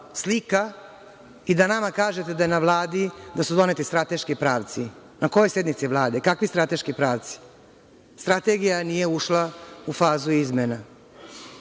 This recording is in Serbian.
slika i da nama kažete da je na Vladi da su doneti strateški pravci. Na kojoj sednici Vlade i kakvi strateški pravci? Strategija nije ušla u fazu